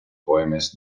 poemes